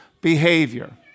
behavior